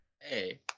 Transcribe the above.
Hey